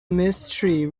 mystery